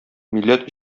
милләт